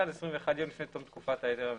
עד 21 יום לפני תום תקופת ההיתר המזורז.